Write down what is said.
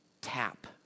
tap